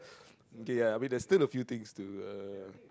okay ya I mean there's still a few things to uh